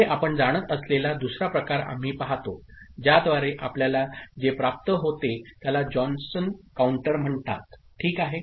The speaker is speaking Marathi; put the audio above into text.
पुढे आपण जाणत असलेला दुसरा प्रकार आम्ही पाहतो ज्याद्वारे आपल्याला जे प्राप्त होते त्याला जॉनसन काउंटर म्हणतात ठीक आहे